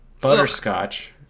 butterscotch